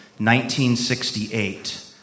1968